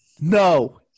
No